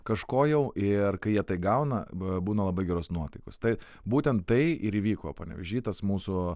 kažko jau ir kai jie tai gauna b būna labai geros nuotaikos tai būtent tai ir įvyko panevėžy tas mūsų